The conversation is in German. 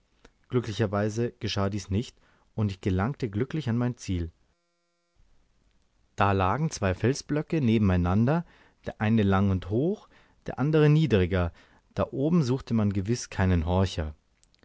glücklicherweise geschah dies nicht und ich gelangte glücklich an mein ziel da lagen zwei felsblöcke nebeneinander der eine lang und hoch der andere niedriger da oben suchte man gewiß keinen horcher